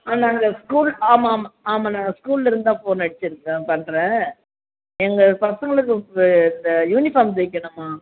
ஆ நாங்கள் ஸ்கூல் ஆமாம் ஆமாம் ஆமாம் நாங்கள் ஸ்கூல்லிருந்து தான் ஃபோன் அடிச்சுருக்கறோம் பண்ணுறேன் எங்கள் பசங்களுக்கு வே இந்த யூனிஃபார்ம் தைக்கணும்மா